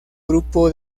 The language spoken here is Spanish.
grupo